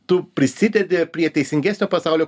tu prisidedi prie teisingesnio pasaulio